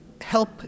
help